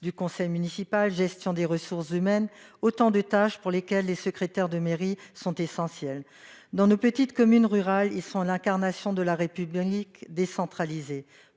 du conseil municipal, gestion des ressources humaines sont autant de tâches pour lesquels les secrétaires de mairie sont essentiels. Dans nos petites communes rurales, ils sont l'incarnation de la République décentralisée.